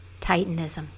titanism